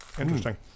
Interesting